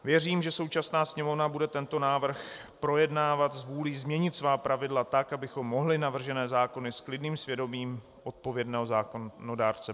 Věřím, že současná Sněmovna bude tento návrh projednávat s vůlí změnit svá pravidla tak, abychom mohli navržené zákony projednávat s klidným svědomím odpovědného zákonodárce.